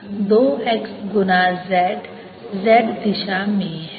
यह 52 2 x गुणा z z दिशा में है